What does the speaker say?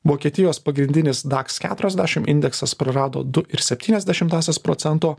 vokietijos pagrindinis daks keturiasdešim indeksas prarado du ir septynias dešimtąsias procento